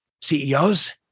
CEOs